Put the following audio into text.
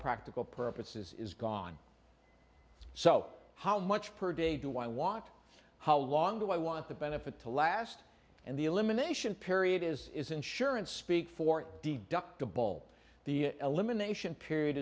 practical purposes is gone so how much per day do i want how long do i want the benefit to last and the elimination period is insurance speak for duck the ball the elimination period